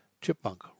Chipmunk